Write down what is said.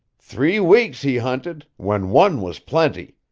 three weeks he hunted, when one was plenty.